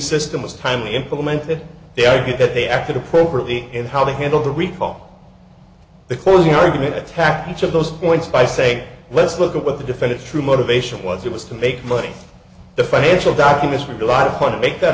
system is timely implemented they argue that they acted appropriately in how they handled the recall the closing argument attack each of those points by saying let's look at what the defendant true motivation was it was to make money the financial documents relied upon to make that